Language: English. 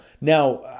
Now